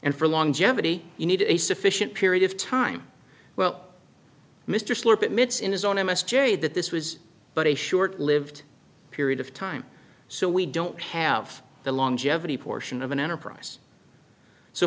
and for longevity you need a sufficient period of time well mr slope admits in his own m s j that this was but a short lived period of time so we don't have the longevity portion of an enterprise so